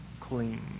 clean